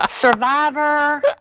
Survivor